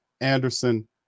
Anderson